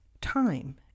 time